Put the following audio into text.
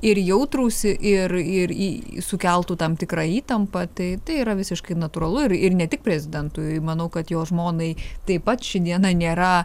ir jautrūs ir ir į sukeltų tam tikrą įtampą tai tai yra visiškai natūralu ir ir ne tik prezidentui manau kad jo žmonai taip pat ši diena nėra